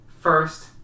first